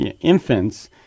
infants